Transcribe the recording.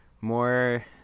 more